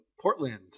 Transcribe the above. Portland